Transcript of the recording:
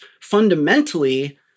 fundamentally